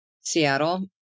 Seattle